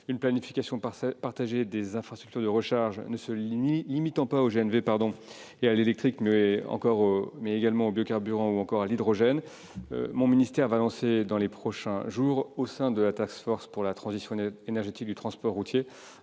une planification partagée des infrastructures de recharge qui ne se limite pas au GNV et à l'électrique, mais s'étende aux biocarburants et à l'hydrogène. Mon ministère va lancer dans les prochains jours, au sein de la pour la transition énergétique du transport routier